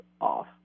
off